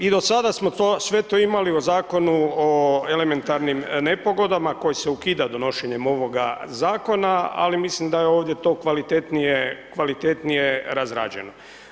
I do sada smo to sve to imali u Zakonu o elementarnim nepogodama, koji se ukida donošenjem ovoga zakona, ali mislim da je ovdje to kvalitetnije razrađeno.